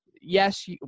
yes